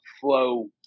flow